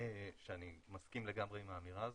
שאני מסכים לגמרי עם האמירה הזו,